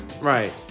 Right